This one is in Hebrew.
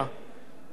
וחס וחלילה,